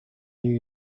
new